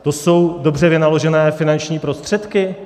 To jsou dobře vynaložené finanční prostředky?